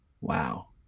Wow